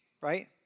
right